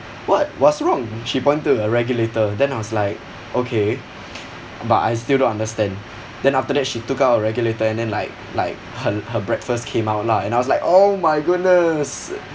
what what's wrong she pointed to her regulator then I was like okay but I still don't understand then after that she took out her regulator and then like like her l~ her breakfast came out lah and I was like oh my goodness